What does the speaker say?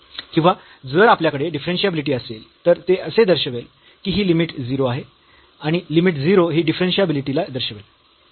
किंवा जर आपल्याकडे डिफरन्शियाबिलिटी असेल तर ते असे दर्शवेल की ही लिमिट 0 आहे आणि लिमिट 0 ही डिफरन्शियाबिलिटीला दर्शवेल